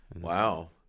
Wow